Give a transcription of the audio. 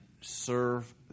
serve